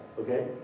okay